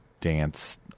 dance